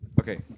Okay